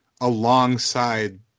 alongside